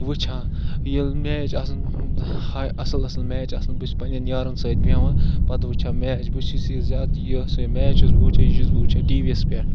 وٕچھان ییٚلہِ میچ آسَن ہاے اَصٕل اَصٕل میچ آسَن بہٕ چھُس پنٛنٮ۪ن یارَن سۭتۍ بیٚہوان پَتہٕ وٕچھان میچ بہٕ چھُس یہِ زیادٕ یۄسَے میچ چھُس بہٕ وٕچھان یہِ چھُس بہٕ وٕچھان ٹی وی یَس پٮ۪ٹھ